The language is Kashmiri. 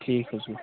ٹھیٖک حظ چھُ